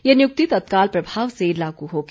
ये नियुक्ति तत्काल प्रभाव से लागू होगी